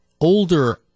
older